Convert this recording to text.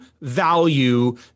value